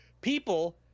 People